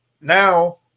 now